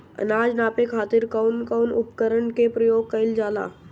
अनाज नापे खातीर कउन कउन उपकरण के प्रयोग कइल जाला?